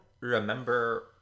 remember